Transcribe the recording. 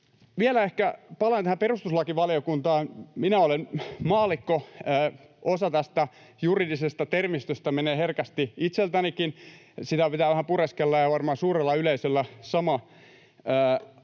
Vielä ehkä palaan tähän perustuslakivaliokuntaan. Minä olen maallikko, osa tästä juridisesta termistöstä menee herkästi itseltänikin yli, sitä pitää vähän pureskella, ja varmaan suurella yleisöllä on sama haaste.